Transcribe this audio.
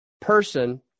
person